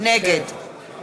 נגד